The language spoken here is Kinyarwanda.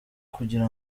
kugira